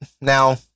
Now